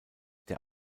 der